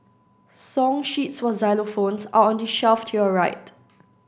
song sheets for xylophones are on the shelf to your right